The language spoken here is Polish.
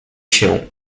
się